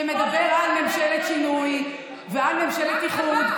שמדבר על ממשלת שינוי ועל ממשלת איחוד.